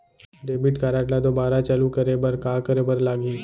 Debit card ला दोबारा चालू करे बर का करे बर लागही?